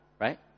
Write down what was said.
right